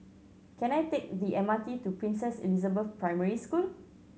can I take the M R T to Princess Elizabeth Primary School